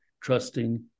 trusting